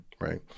right